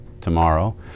tomorrow